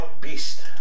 Beast